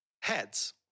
Heads